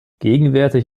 gegenwärtig